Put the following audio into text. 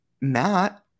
Matt